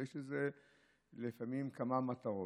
יש לזה לפעמים כמה מטרות,